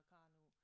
Kano